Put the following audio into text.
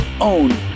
own